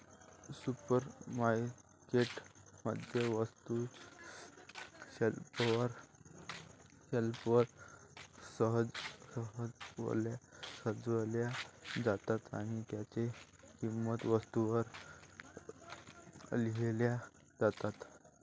supermarket मध्ये, वस्तू शेल्फवर सजवल्या जातात आणि त्यांच्या किंमती वस्तूंवर लिहिल्या जातात